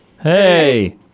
Hey